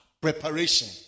preparation